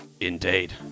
Indeed